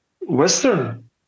Western